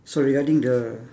so regarding the